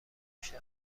بیشتر